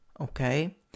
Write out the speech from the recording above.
okay